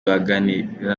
baraganira